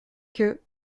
que